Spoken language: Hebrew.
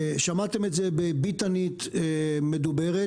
שמעתם את זה בביטנית מדוברת,